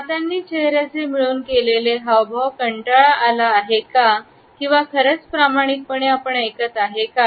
हातानी चेहऱ्याचे मिळून केलेले हावभाव कंटाळा आला आहे का किंवा खरच प्रामाणिकपणे ऐकत आहे का